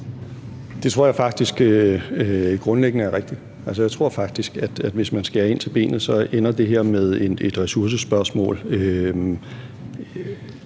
Det tror jeg faktisk grundlæggende er rigtigt. Altså, jeg tror faktisk, at hvis man skærer ind til benet, ender det her med at være et ressourcespørgsmål.